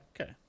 Okay